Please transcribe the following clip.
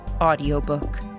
Audiobook